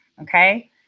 okay